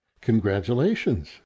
congratulations